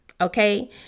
okay